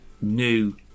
new